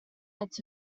its